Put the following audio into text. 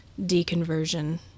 deconversion